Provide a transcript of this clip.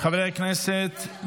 חברי הכנסת,